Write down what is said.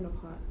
kind of hard